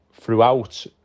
throughout